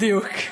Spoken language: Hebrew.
בדיוק,